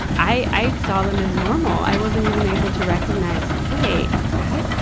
i, i saw them as normal. i wasn't even able to recognize, wait! i,